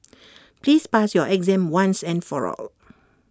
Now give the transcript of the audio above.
please pass your exam once and for all